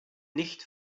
nicht